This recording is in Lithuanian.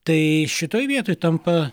tai šitoj vietoj tampa